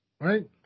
Right